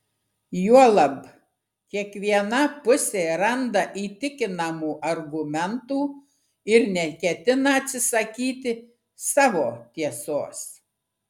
juolab kiekviena pusė randa įtikinamų argumentų ir neketina atsisakyti savo tiesos